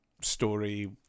story